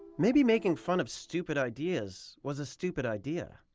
maybe making fun of stupid ideas was a stupid idea.